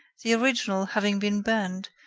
the original having been burned,